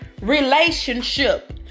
relationship